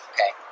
Okay